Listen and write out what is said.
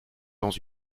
dans